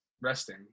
resting